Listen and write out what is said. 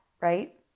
right